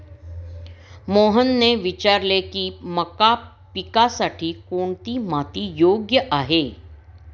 मोहनने विचारले की मका पिकासाठी कोणती माती योग्य आहे?